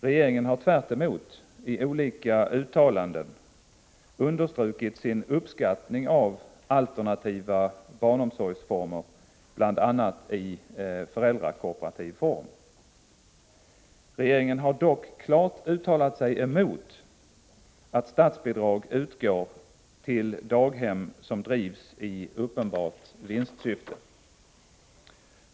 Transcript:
Regeringen har tvärtemot i olika uttalanden understrukit sin uppskattning av alternativa barnomsorgsformer, bl.a. i föräldrakooperativ form. Regeringen har dock klart uttalat sig emot att statsbidrag utgår till daghem som drivs i uppenbart vinstsyfte.